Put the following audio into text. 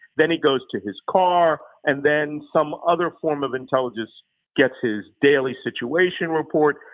then he goes to his car, and then some other form of intelligence gets his daily situation report,